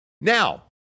Now